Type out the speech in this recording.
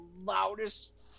loudest